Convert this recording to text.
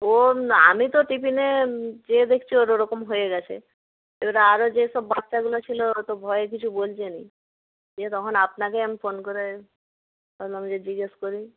ওর না আমি তো টিফিনে যেয়ে দেখছি ওর ওরকম হয়ে গেছে এবারে আরও যেই সব বাচ্চাগুলো ছিল ওরা তো ভয়ে কিছু বলছে না দিয়ে তখন আপনাকে আমি ফোন করে ভাবলাম যে জিজ্ঞাসা করি